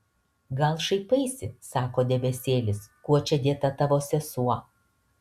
gal šaipaisi sako debesėlis kuo čia dėta tavo sesuo